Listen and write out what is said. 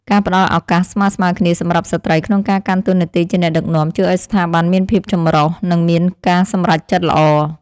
ការផ្តល់ឱកាសស្មើៗគ្នាសម្រាប់ស្ត្រីក្នុងការកាន់តួនាទីជាអ្នកដឹកនាំ ជួយឱ្យស្ថាប័នមានភាពចម្រុះនិងមានការសម្រេចចិត្តល្អ។